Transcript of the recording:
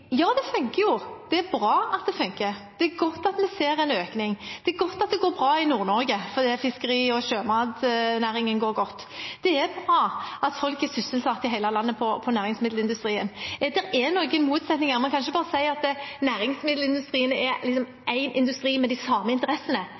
Ja, det funker – det er bra at det funker. Det er godt at vi ser en økning. Det er godt at det går bra i Nord-Norge, for fiskeri- og sjømatnæringen går godt. Det er bra at folk er sysselsatt i hele landet i næringsmiddelindustrien. Det er noen motsetninger, man kan ikke bare si at næringsmiddelindustrien er